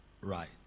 Right